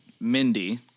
Mindy